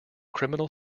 criminal